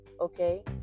okay